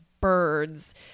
birds